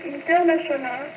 International